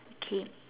okay